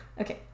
Okay